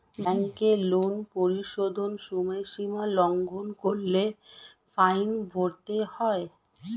ব্যাংকের লোন পরিশোধের সময়সীমা লঙ্ঘন করলে ফাইন ভরতে হয়